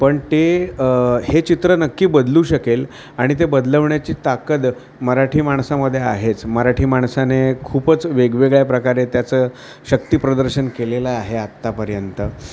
पण ते हे चित्र नक्की बदलू शकेल आणि ते बदलवण्याची ताकद मराठी माणसामध्ये आहेच मराठी माणसाने खूपच वेगवेगळ्या प्रकारे त्याचं शक्तिप्रदर्शन केलेलं आहे आत्तापर्यंत